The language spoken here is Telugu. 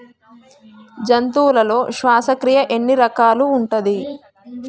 జంతువులలో శ్వాసక్రియ ఎన్ని రకాలు ఉంటది?